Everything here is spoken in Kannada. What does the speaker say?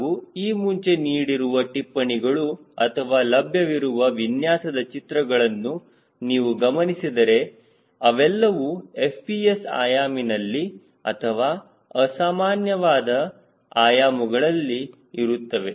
ಹಾಗೂ ಈ ಮುಂಚೆ ನೀಡಿರುವ ಟಿಪ್ಪಣಿಗಳು ಅಥವಾ ಲಭ್ಯವಿರುವ ವಿನ್ಯಾಸದ ಚಿತ್ರಗಳನ್ನು ನೀವು ಗಮನಿಸಿದರೆ ಅವೆಲ್ಲವೂ FPS ಆಯಾಮನಲ್ಲಿ ಅಥವಾ ಅಸಾಮಾನ್ಯವಾದ ಆಯಾಮಗಳಲ್ಲಿ ಇರುತ್ತದೆ